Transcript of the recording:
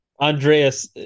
Andreas